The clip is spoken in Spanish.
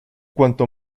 cuanto